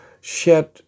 shed